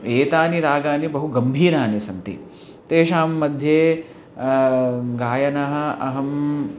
एते रागाः बहु गम्भीराणि सन्ति तेषां मध्ये गायनम् अहं